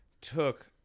took